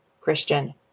Christian